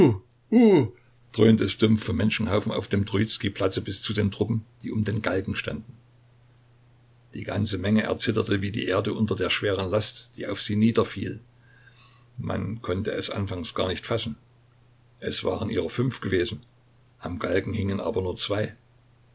dröhnte es dumpf vom menschenhaufen auf dem trojizkij platze bis zu den truppen die um den galgen standen die ganze menge erzitterte wie die erde unter der schweren last die auf sie niederfiel man konnte es anfangs gar nicht fassen es waren ihrer fünf gewesen am galgen hingen aber nur zwei